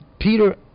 Peter